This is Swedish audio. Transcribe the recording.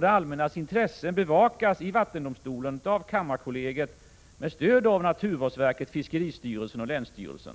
Det allmännas intressen bevakas i vattendomstolen av kammarkollegiet, med stöd av naturvårdsverket, fiskeristyrelsen och länsstyrelsen.